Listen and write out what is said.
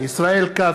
(קורא בשמות חברי הכנסת) ישראל כץ,